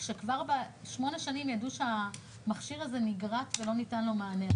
כשכבר שמונה שנים ידעו שהמכשיר הזה נגרט ולא ניתן לו מענה.